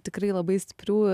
tikrai labai stiprių